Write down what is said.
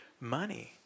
Money